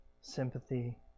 sympathy